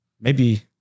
maybe-